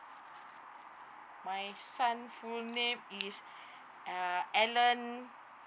my son full name is uh alan